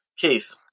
Keith